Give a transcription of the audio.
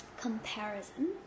comparison